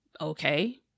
Okay